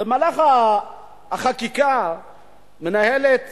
במהלך החקיקה היועצת